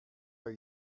are